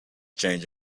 change